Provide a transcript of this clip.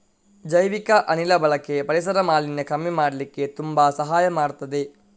ಜೈವಿಕ ಅನಿಲ ಬಳಕೆ ಪರಿಸರ ಮಾಲಿನ್ಯ ಕಮ್ಮಿ ಮಾಡ್ಲಿಕ್ಕೆ ತುಂಬಾ ಸಹಾಯ ಮಾಡ್ತದೆ